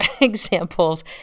examples